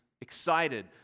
excited